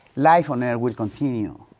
life on earth will continue.